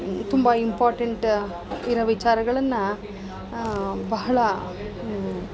ತುಂಬ ಇಂಪಾರ್ಟೆಂಟ್ ಇರೋ ವಿಚಾರಗಳನ್ನು ಬಹಳ